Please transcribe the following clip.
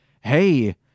hey